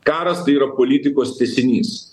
karas tai yra politikos tęsinys